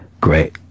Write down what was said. great